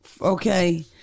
Okay